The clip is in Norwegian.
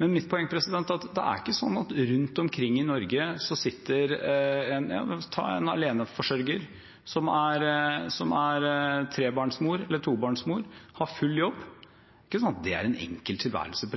Men mitt poeng er at det er ikke sånn at rundt omkring i Norge sitter det – la oss ta en aleneforsørger som er trebarnsmor eller tobarnsmor, og som har full jobb. Det er ikke sånn at det er en enkel tilværelse.